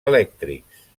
elèctrics